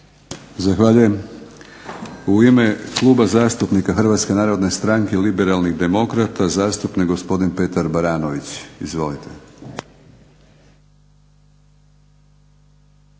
Zahvaljujem. U ime Kluba zastupnika Hrvatske narodne stranke Liberalnih demokrata zastupnik gospodin Petar Baranović. Izvolite.